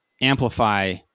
Amplify